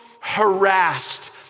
harassed